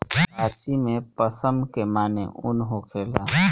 फ़ारसी में पश्म के माने ऊन होखेला